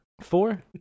Four